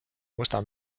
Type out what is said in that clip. musta